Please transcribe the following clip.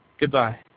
Goodbye